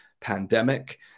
pandemic